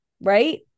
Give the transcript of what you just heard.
Right